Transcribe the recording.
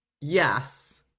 yes